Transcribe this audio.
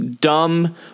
dumb